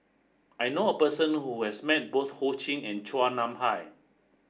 I knew a person who has met both Ho Ching and Chua Nam Hai